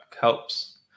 helps